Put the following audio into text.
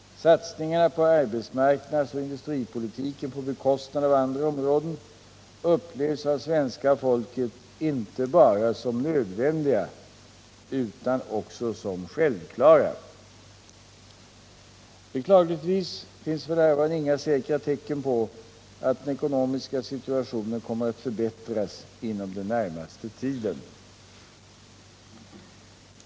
Satsningarna på arbetsmarknadsoch industripolitiken på bekostnad av andra områden upplevs av svenska folket inte bara som nödvändiga utan också som självklara. Beklagligtvis finns f.n. inga säkra tecken på att den ekonomiska situationen kommer att förbättras inom den närmaste tiden.